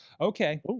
Okay